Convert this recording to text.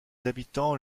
habitants